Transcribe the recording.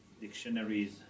dictionaries